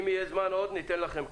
אם יהיה עוד זמן, ניתן לכם.